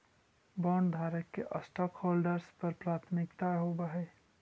बॉन्डधारक के स्टॉकहोल्डर्स पर प्राथमिकता होवऽ हई